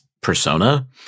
persona